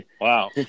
Wow